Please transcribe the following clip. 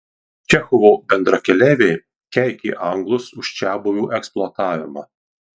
čechovo bendrakeleiviai keikė anglus už čiabuvių eksploatavimą